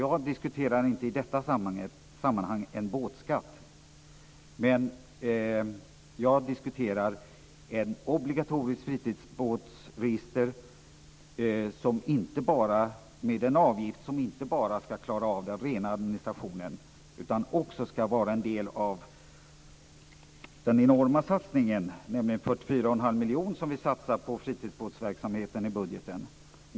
Jag diskuterar inte i detta sammanhang en båtskatt, men jag förespråkar ett obligatoriskt fritidsbåtsregister med en avgift som inte bara skall klara den rena administrationen utan som också skall vara en del av den enorma satsning om 44 1⁄2 miljon som vi gör på fritidsbåtsverksamheten i budgeten.